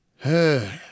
Hey